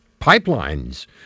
pipelines